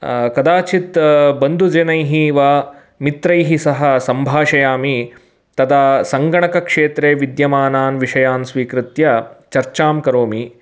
कदाचित् बन्धुजनैः वा मित्रैः सह सम्भाषयामि तदा सङ्गणकक्षेत्रे विद्यमानान् विषयान् स्वीकृत्य चर्चां करोमि